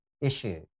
issue